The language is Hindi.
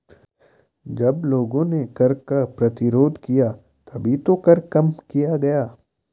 जब लोगों ने कर का प्रतिरोध किया तभी तो कर कम किया गया